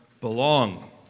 belong